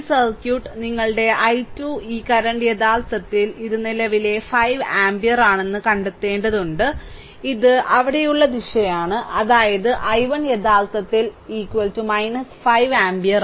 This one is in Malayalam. ഈ സർക്യൂട്ട് നിങ്ങളുടെ i2 ഈ കറന്റ് യഥാർത്ഥത്തിൽ ഈ നിലവിലെ 5 ആമ്പിയർ ആണെന്ന് കണ്ടെത്തേണ്ടതുണ്ട് ഇത് അവിടെയുള്ള ദിശയാണ് അതായത് i1 യഥാർത്ഥത്തിൽ 5 ആമ്പിയർ